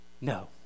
No